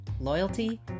loyalty